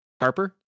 harper